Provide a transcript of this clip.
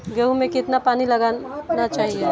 गेहूँ में कितना पानी लगाना चाहिए?